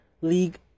League